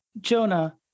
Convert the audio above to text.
Jonah